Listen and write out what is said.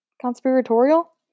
conspiratorial